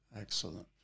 Excellent